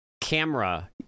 camera